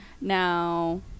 Now